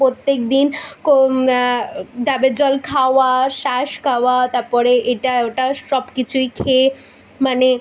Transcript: প্রত্যেক দিন ডাবের জল খাওয়া শাঁস খাওয়া তারপরে এটা ওটা সব কিছুই খেয়ে মানে